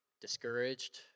discouraged